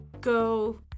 go